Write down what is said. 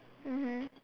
mmhmm